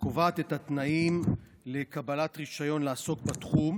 שקובעת את התנאים לקבלת רישיון לעסוק בתחום.